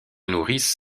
nourrice